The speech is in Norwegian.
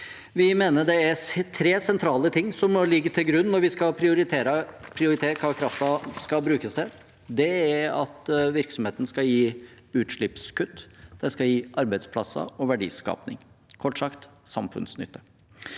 Vi mener det er tre sentrale ting som må ligge til grunn når vi skal prioritere hva kraften skal brukes til. Det er at virksomheten skal gi utslippskutt. Det skal gi arbeidsplasser og verdiskaping – kort sagt: samfunnsnytte.